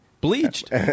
Bleached